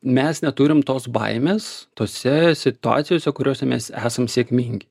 mes neturim tos baimės tose situacijose kuriose mes esam sėkmingi